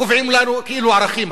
קובעים לנו כאילו כערכים.